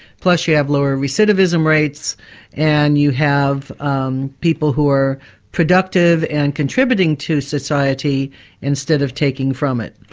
plus you have lower recividism rates and you have um people who are productive and contributing to society instead of taking from it.